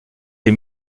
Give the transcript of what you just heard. les